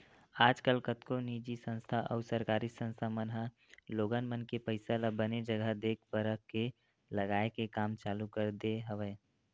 आजकल कतको निजी संस्था अउ सरकारी संस्था मन ह लोगन मन के पइसा ल बने जघा देख परख के लगाए के काम चालू कर दे हवय